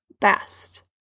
best